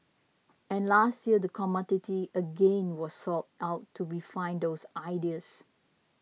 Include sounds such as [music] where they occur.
and last year the [unintelligible] again was sought out to refine those ideas